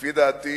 לפי דעתי